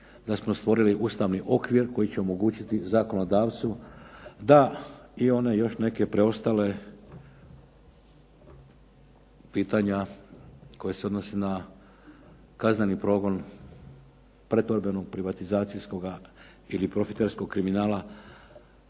da smo stvorili jedan ustavni okvir koji će omogućiti zakonodavcu da i one još neke preostala pitanja koja se odnose na kazneni progon, pretvorbenog privatizacijskoga ili profiterskog kanala